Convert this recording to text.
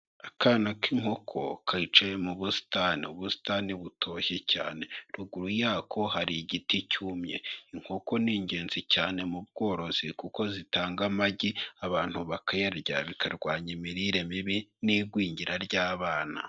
Akana k'inkoko kicaye mu busitani, ubusitani butoshye cyane. Ruguru yako hari igiti cyumye. Inkoko ni ingenzi cyane mu bworozi, kuko zitanga amagi abantu bakayarya, bikarwanya imirire mibi n'igwingira ry'abana.